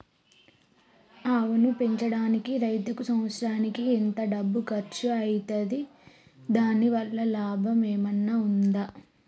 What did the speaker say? ఆవును పెంచడానికి రైతుకు సంవత్సరానికి ఎంత డబ్బు ఖర్చు అయితది? దాని వల్ల లాభం ఏమన్నా ఉంటుందా?